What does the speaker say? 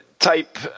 Type